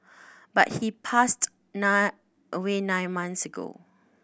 but he passed nine away nine months ago